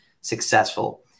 successful